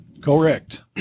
Correct